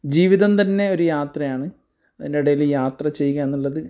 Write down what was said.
ജീവിതം തന്നെ ഒരു യാത്രയാണ് അതിൻ്റെടയിൽ യാത്ര ചെയ്യുക എന്നുള്ളത്